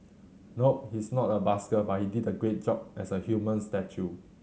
nope he's not a busker but he did a great job as a human statue